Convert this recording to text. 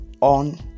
on